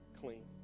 clean